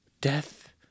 Death